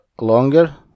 longer